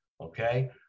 Okay